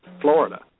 Florida